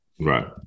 Right